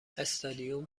استادیوم